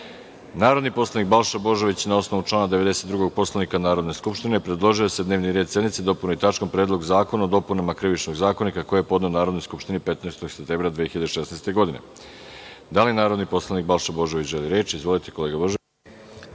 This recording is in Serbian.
predlog. Narodni poslanik Balša Božović na osnovu člana 92. Poslovnika Narodne skupštine predložio je da se dnevni red sednice dopuni tačkom – Predlog zakona o dopunama Krivičnog zakonika koji je podneo Narodnoj skupštini 15. septembra 2016. godine. Da li narodni poslanik Balša Božović želi reč? (Da)Izvolite kolega Božoviću.